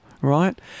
right